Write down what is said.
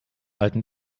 alten